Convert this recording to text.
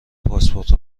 پاسپورت